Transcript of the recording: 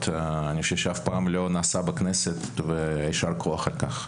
אני חושב שאף פעם לא נעשה בכנסת ויישר כוח על כך.